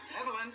Evelyn